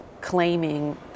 claiming